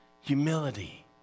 humility